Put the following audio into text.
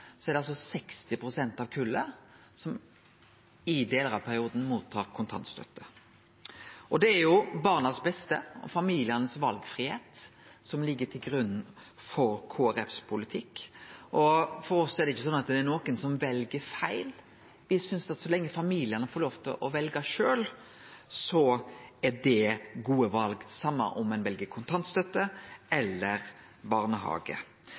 er det 60 pst. som i delar av perioden mottar kontantstøtte. Det er barnas beste og valfridomen til familiane som ligg til grunn for politikken til Kristeleg Folkeparti. For oss er det ikkje nokon som vel feil. Me synest at så lenge familiane får lov til å velje sjølve, er det gode val, uansett om ein vel kontantstøtte eller barnehage.